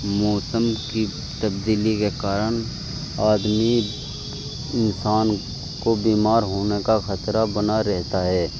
موسم کی تبدیلی کے کارن آدمی انسان کو بیمار ہونے کا خطرہ بنا رہتا ہے